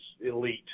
elite